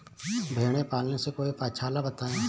भेड़े पालने से कोई पक्षाला बताएं?